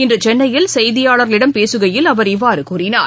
இன்றுசென்னையில் செய்தியாளர்களிடம் பேசுகையில் அவர் இவ்வாறுகூறினார்